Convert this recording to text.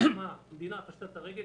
המדינה פשטה את הרגל?